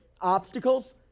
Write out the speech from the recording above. obstacles